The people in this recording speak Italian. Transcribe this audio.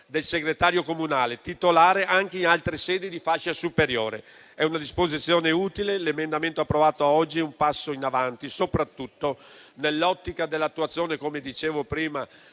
del segretario comunale titolare anche in altre sedi di fascia superiore. È una disposizione utile. L'emendamento approvato oggi è un passo in avanti soprattutto nell'ottica dell'attuazione, come dicevo prima,